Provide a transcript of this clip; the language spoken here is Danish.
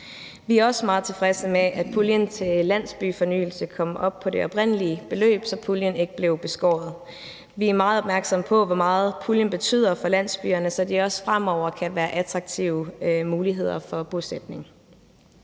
Vi er også meget tilfredse med, at puljen til landsbyfornyelse kom op på det oprindelige beløb, så puljen ikke blev beskåret. Vi er meget opmærksomme på, hvor meget puljen betyder for landsbyerne, så de også fremover kan være attraktive muligheder for bosætning.